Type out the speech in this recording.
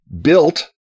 built